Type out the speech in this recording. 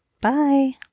Bye